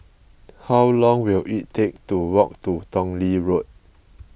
how long will it take to walk to Tong Lee Road